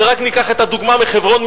ורק ניקח את הדוגמה של חברון,